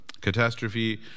catastrophe